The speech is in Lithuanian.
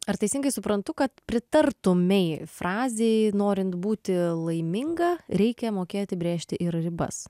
ar teisingai suprantu kad pritartumei frazei norint būti laiminga reikia mokėti brėžti ir ribas